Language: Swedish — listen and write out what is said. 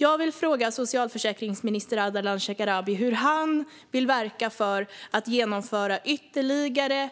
Jag vill fråga socialförsäkringsminister Ardalan Shekarabi hur han vill verka för att vidta ytterligare